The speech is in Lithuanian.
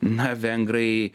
na vengrai